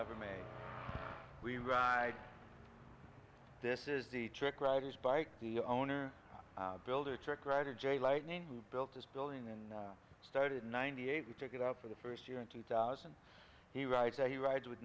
ever made we ride this is the trick riders bike the owner builder truck writer jerry lightnin who built this building and started in ninety eight we took it out for the first year in two thousand he writes as he rides with